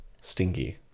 Stinky